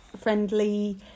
friendly